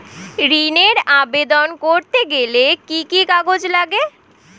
ঋণের আবেদন করতে গেলে কি কি কাগজ লাগে?